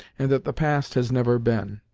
and that the past has never been.